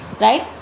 right